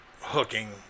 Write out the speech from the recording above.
hooking